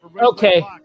Okay